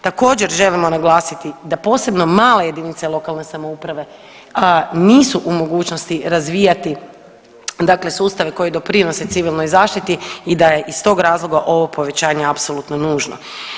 Također želimo naglasiti da posebno male jedinice lokalne samouprave nisu u mogućnosti razvijati dakle sustave koji doprinose civilnoj zaštiti i daje iz tog razloga ovo povećanje apsolutno nužno.